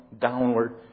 downward